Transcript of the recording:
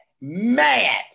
mad